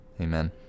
Amen